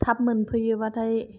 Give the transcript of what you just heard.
थाब मोनफैयोबाथाय